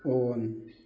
on